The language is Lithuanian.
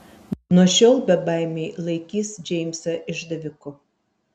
nuo šiol bebaimiai laikys džeimsą išdaviku